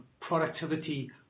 productivity